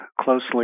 closely